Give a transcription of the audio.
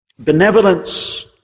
Benevolence